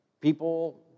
people